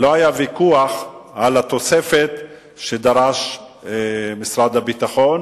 לא היה ויכוח על התוספת שדרש משרד הביטחון